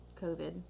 COVID